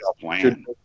plan